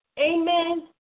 Amen